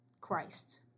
Christ